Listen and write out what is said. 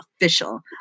official